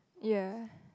ya